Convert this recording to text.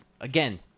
again